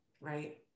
right